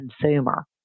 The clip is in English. consumer